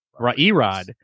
Erod